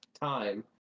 time